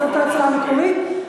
אז זאת ההצעה המקורית.